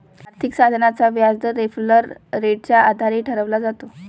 आर्थिक साधनाचा व्याजदर रेफरल रेटच्या आधारे ठरवला जातो